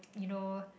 you know